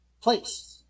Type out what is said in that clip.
place